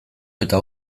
eta